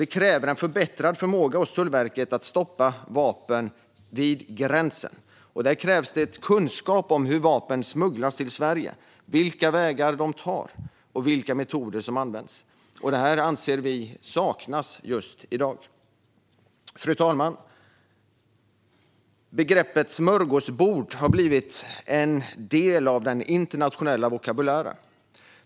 Detta kräver en förbättrad förmåga hos Tullverket att stoppa vapen vid gränsen, och där krävs kunskap om hur vapen smugglas till Sverige, vilka vägar de tar och vilka metoder som används. Detta anser vi saknas i dag. Fru talman! Begreppet smörgåsbord har blivit en del av den internationella vokabulären.